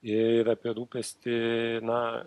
ir apie rūpestį na